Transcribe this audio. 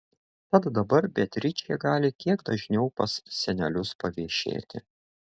tad dabar beatričė gali kiek dažniau pas senelius paviešėti